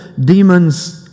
demons